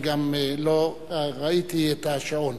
אני גם לא ראיתי את השעון.